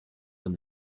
when